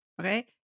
okay